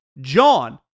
JOHN